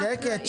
שקט.